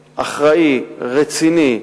אחראי, רציני,